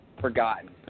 forgotten